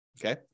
Okay